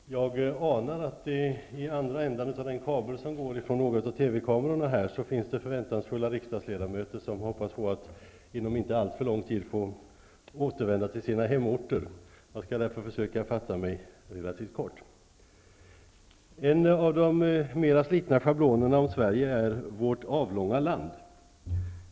Fru talman! Jag anar att det i andra änden av den kabel som går från någon av TV-kamerorna finns förväntansfulla riksdagsledamöter som hoppas att de inom inte alltför lång tid få återvända till sina hemorter. Jag skall därför försöka fatta mig relativt kort. En av de mer slitna schablonerna om Sverige är den om vårt avlånga land.